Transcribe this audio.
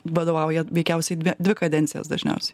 vadovauja veikiausiai dvi dvi kadencijas dažniausiai